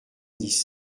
dix